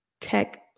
tech